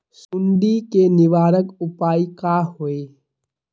सुंडी के निवारक उपाय का होए?